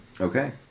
Okay